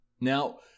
Now